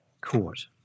court